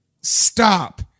stop